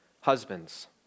Husbands